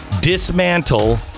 dismantle